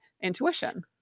intuition